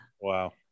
Wow